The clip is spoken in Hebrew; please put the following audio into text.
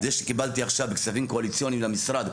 זה שקיבלתי עכשיו כספים קואליציוניים למשרד,